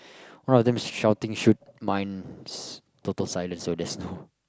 one of them shouting shoot mine's total silence so there's no